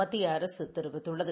மத்திய அரசு தெரிவித்துள்ளது